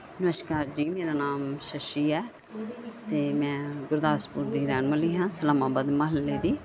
ਨਮਸਕਾਰ ਜੀ ਮੇਰਾ ਨਾਮ ਸ਼ਸ਼ੀ ਹੈ ਅਤੇ ਮੈਂ ਗੁਰਦਾਸਪੁਰ ਦੀ ਰਹਿਣ ਵਾਲੀ ਹਾਂ ਇਸਲਾਮਾਬਾਦ ਮੁਹੱਲੇ ਦੀ